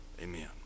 amen